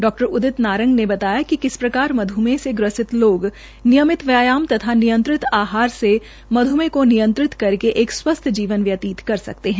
डा उदित नारंग ने बताया कि किस प्रकार मध्मेह से ग्रस्ति लोग नियमित व्यायाम तथा नियंत्रित आहार से मध्मेह को नियंत्रित करके एक स्वस्थ जीवन व्यतीत कर सकते है